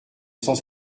cent